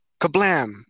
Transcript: kablam